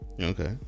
Okay